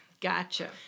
Gotcha